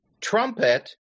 trumpet